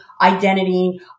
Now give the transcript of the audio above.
identity